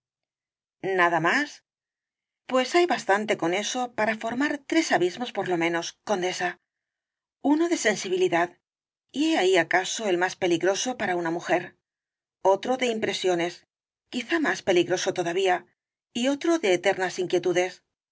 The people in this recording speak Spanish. nada más pues hay bastante con eso para formar tres abismos por lo menos condesa uno de sensibilidad y he ahí acaso el más peligroso para una mujer otro de impresiones quizá más peligroso todavía y otro de eternas inquietudes